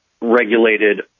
regulated